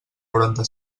noranta